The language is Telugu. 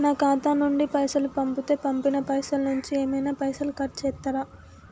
నా ఖాతా నుండి పైసలు పంపుతే పంపిన పైసల నుంచి ఏమైనా పైసలు కట్ చేత్తరా?